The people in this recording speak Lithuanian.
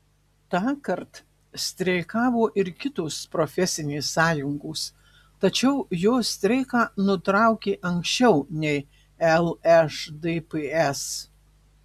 tąkart streikavo ir kitos profesinės sąjungos tačiau jos streiką nutraukė anksčiau nei lšdps